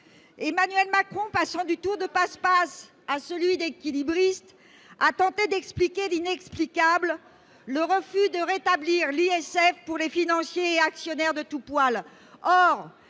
Emmanuel Macron, passant du tour de passe-passe au numéro d'équilibriste, a tenté d'expliquer l'inexplicable : le refus de rétablir l'ISF pour les financiers et actionnaires de tout poil.